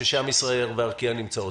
ששם ישראייר וארקיע נמצאות.